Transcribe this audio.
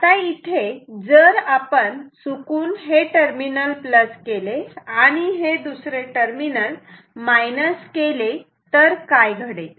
आता इथे जर आपण चुकून हे टर्मिनल प्लस केले आणि हे दुसरे टर्मिनल मायनस केले तर काय घडेल